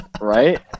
Right